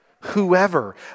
whoever